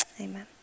Amen